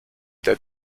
der